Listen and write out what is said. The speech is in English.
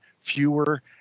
fewer